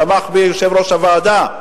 ותמך בי יושב-ראש הוועדה,